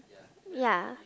ya